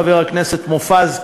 חבר הכנסת מופז,